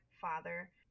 father